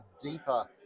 deeper